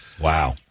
Wow